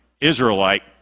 Israelite